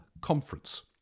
conference